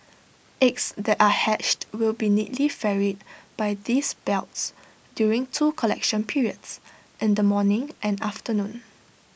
eggs that are hatched will be neatly ferried by these belts during two collection periods in the morning and afternoon